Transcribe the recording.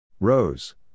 Rose